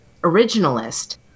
originalist